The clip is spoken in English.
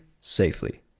safely